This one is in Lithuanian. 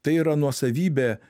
tai yra nuosavybė